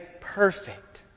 perfect